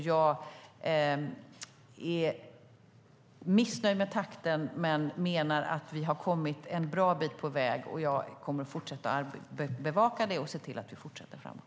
Jag är missnöjd med takten men menar att vi har kommit en bra bit på väg, och jag kommer att fortsätta att bevaka detta och se till att vi fortsätter framåt.